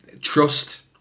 trust